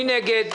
מי נגד?